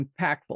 impactful